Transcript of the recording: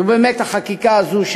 זו באמת החקיקה הזו.